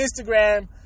Instagram